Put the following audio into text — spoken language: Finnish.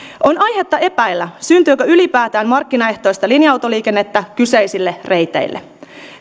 on aihetta epäillä syntyykö ylipäätään markkinaehtoista linja autoliikennettä kyseisille reiteille